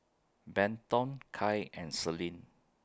Benton Kai and Selene